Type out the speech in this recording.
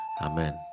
Amen